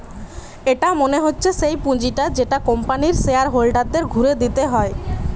এটা মনে হচ্ছে সেই পুঁজিটা যেটা কোম্পানির শেয়ার হোল্ডারদের ঘুরে দিতে হয়